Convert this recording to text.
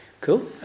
Cool